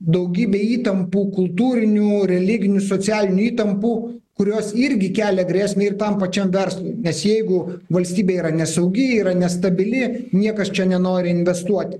daugybę įtampų kultūrinių religinių socialinių įtampų kurios irgi kelia grėsmę ir tam pačiam verslui nes jeigu valstybė yra nesaugi yra nestabili niekas čia nenori investuoti